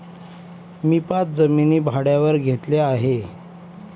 मी पाच जमिनी भाड्यावर घेतल्या आहे